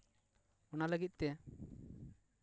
ᱚᱱᱟ ᱞᱟᱹᱜᱤᱫ ᱛᱮ